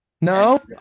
No